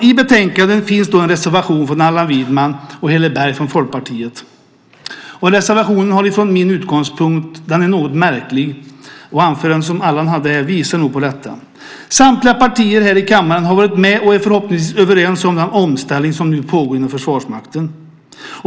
I betänkandet finns det en reservation från Allan Widman och Heli Berg från Folkpartiet. Reservationen är från min utgångspunkt något märklig. Allans anförande här visade nog på detta. Samtliga partier i denna kammare har varit med på och är förhoppningsvis överens om den omställning som nu pågår inom Försvarsmakten.